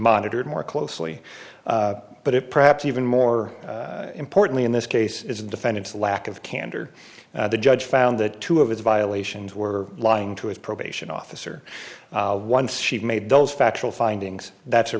monitored more closely but it perhaps even more importantly in this case is the defendant's lack of candor the judge found that two of his violations were lying to his probation officer once she made those factual findings that's a